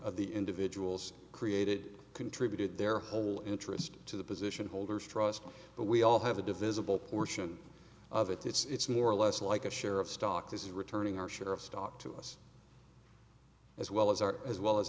of the individuals created contributed their whole interest to the position holders trust but we all have a divisible portion of it it's more or less like a share of stock is returning our share of stock to us as well as our as well as